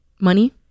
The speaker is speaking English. money